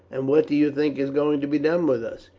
and what do you think is going to be done with us?